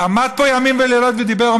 עמד פה ימים ולילות ודיבר,